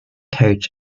coach